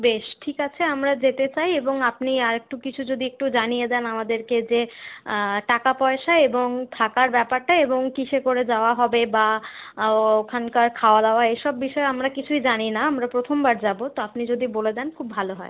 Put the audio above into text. বেশ ঠিক আছে আমরা যেতে চাই এবং আপনি আরেকটু কিছু যদি একটু জানিয়ে দেন আমাদের কে যে টাকা পয়সা এবং থাকার ব্যাপারটা এবং কিসে করে যাওয়া হবে বা ওখানকার খাওয়া দাওয়া এসব বিষয়ে আমরা কিছুই জানি না আমরা প্রথমবার যাব তো আপনি যদি বলে দেন খুব ভালো হয়